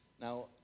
Now